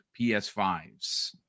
PS5s